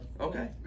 Okay